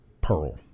Pearl